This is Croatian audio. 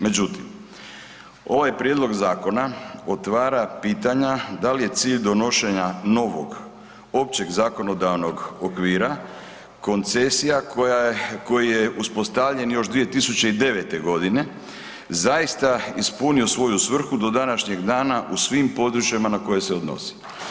Međutim, ovaj prijedlog zakona otvara pitanja da li je cilj donošenja novog općeg zakonodavnog okvira koncesija koja je, koji je uspostavljen još 2009. g. zaista ispunio svoju svrhu do današnjeg dana u svim područjima na koje se odnosi.